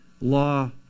law